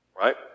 Right